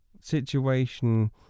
situation